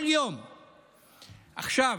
עכשיו,